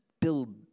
build